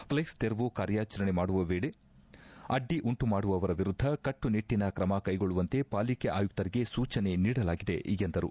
flex ತೆರವು ಕಾರ್ಯಾಚರಣೆ ಮಾಡುವ ವೇಳೆ ಅಡ್ಡಿ ಉಂಟುಮಾಡುವವರ ವಿರುದ್ದ ಕಟ್ಟು ನಿಟ್ಟಿನ ತ್ರಮ ಕೈಗೊಳ್ಳುವಂತೆ ಪಾಲಿಕೆ ಆಯುಕ್ತರಿಗೆ ಸೂಚನೆ ನೀಡಲಾಗಿದೆ ಎಂದರು